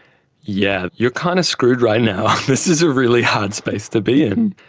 yeah you're kind of screwed right now, this is a really hard space to be in.